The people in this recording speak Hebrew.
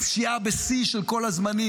הפשיעה בשיא של כל הזמנים,